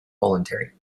voluntary